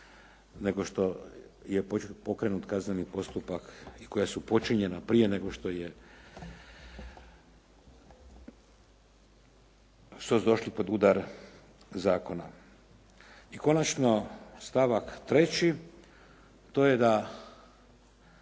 nego što je pokrenut kazneni postupak i koja su počinjena prije nego što su došli pod udar zakona. I konačno stavak treći, to je da